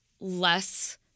less